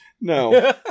no